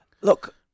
look